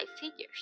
figures